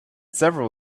several